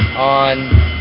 on